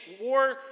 war